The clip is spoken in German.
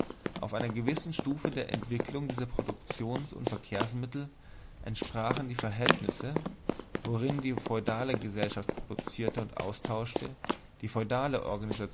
auf einer gewissen stufe der entwicklung dieser produktions und verkehrsmittel entsprachen die verhältnisse worin die feudale gesellschaft produzierte und austauschte die